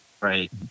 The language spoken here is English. right